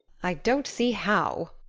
i don't see how,